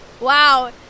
Wow